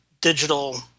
digital